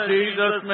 Jesus